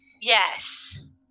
Yes